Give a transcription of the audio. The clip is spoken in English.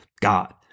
God